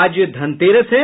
आज धनतेरस है